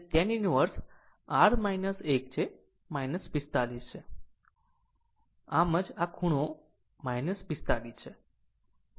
તો તે tan inverse r 1 છે 45 o છે આમ જ આ ખૂણો 45 o છે